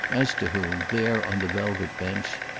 as to whom, there on the velvet bench,